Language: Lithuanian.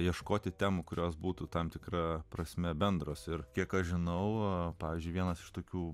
ieškoti temų kurios būtų tam tikra prasme bendros ir kiek aš žinau pavyzdžiui vienas iš tokių